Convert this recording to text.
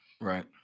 Right